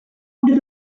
under